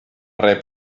res